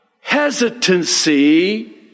hesitancy